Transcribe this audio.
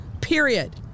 period